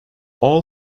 all